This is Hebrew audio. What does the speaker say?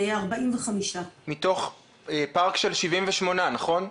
45. מתוך פארק של 78 נכון?